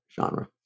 genre